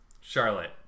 Charlotte